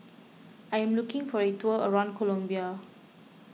I am looking for a tour around Colombia